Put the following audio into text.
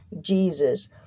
Jesus